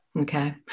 Okay